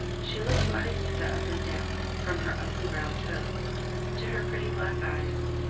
she looked mariequita up and down, from her ugly brown toes to her pretty black eyes,